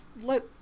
let